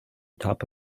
atop